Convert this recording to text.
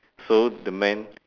so the man